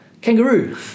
kangaroo